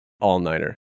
all-nighter